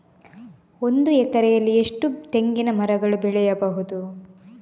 ಒಂದು ಎಕರೆಯಲ್ಲಿ ಎಷ್ಟು ತೆಂಗಿನಮರಗಳು ಬೆಳೆಯಬಹುದು?